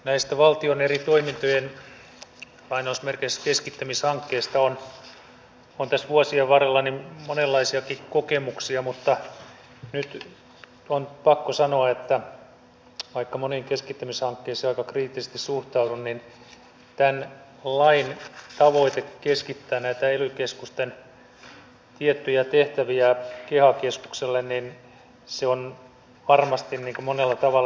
näistä valtion eri toimintojen keskittämishankkeista on tässä vuosien varrella monenlaisiakin kokemuksia mutta nyt on pakko sanoa että vaikka moniin keskittämishankkeisiin aika kriittisesti suhtaudun niin tämän lain tavoite keskittää näitä ely keskusten tiettyjä tehtäviä keha keskukselle on varmasti monella tavalla järkevä hanke